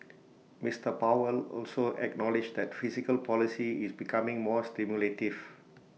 Mister powell also acknowledged that fiscal policy is becoming more stimulative